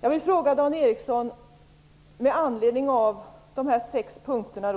Dan Ericsson räknade upp sex punkter.